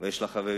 ויש לה חברים,